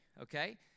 okay